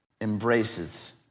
embraces